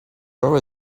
where